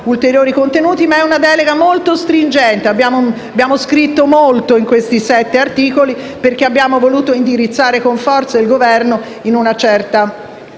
ulteriori contenuti, è molto stringente. Abbiamo scritto molto in questi sette articoli, perché abbiamo voluto indirizzare con forza il Governo in una certa